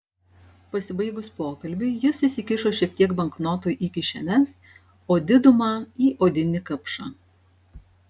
pasibaigus pokalbiui jis įsikišo šiek tiek banknotų į kišenes o didumą į odinį kapšą